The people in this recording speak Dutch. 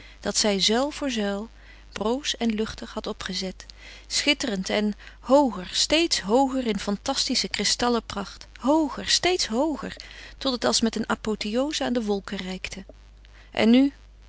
dat zij zuil voor zuil broos en luchtig had opgezet schitterend en hooger steeds hooger in fantastische kristallen pracht hooger steeds hooger tot het als met een apotheoze aan de wolken reikte en nu